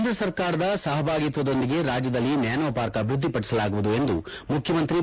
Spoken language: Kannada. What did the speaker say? ಕೇಂದ್ರ ಸರ್ಕಾರದ ಸಪಭಾಗಿತ್ವದೊಂದಿಗೆ ರಾಜ್ಯದಲ್ಲಿ ನ್ಯಾನೊ ಪಾರ್ಕ್ ಅಭಿವೃದ್ಧಿಪಡಿಸಲಾಗುವುದು ಎಂದು ಮುಖ್ಕಮಂತ್ರಿ ಬಿ